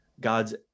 God's